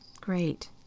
great